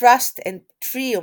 "Trust and Triumph"